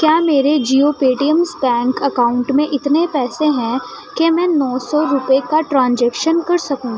کیا میرے Jio payments bank account میں اتنے پیسے ہیں کہ میں نو سو روپے کا ٹرانجیکشن کر سکوں